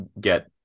get